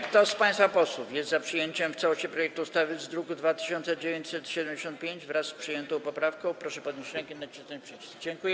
Kto z państwa posłów jest za przyjęciem w całości projektu ustawy z druku nr 2975, wraz z przyjętą poprawką, proszę podnieść rękę i nacisnąć przycisk.